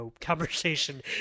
conversation